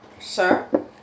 sir